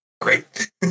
Great